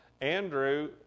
Andrew